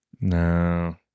No